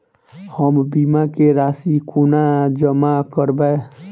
हम बीमा केँ राशि कोना जमा करबै?